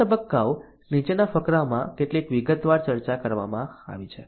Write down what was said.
આ તબક્કાઓ નીચેના ફકરામાં કેટલીક વિગતવાર ચર્ચા કરવામાં આવી છે